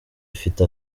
ifite